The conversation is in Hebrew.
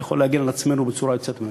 יכול להגן עלינו בצורה יוצאת מהכלל.